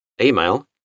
Email